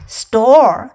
store